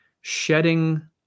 shedding